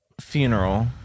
funeral